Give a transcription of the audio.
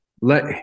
Let